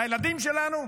לילדים שלנו?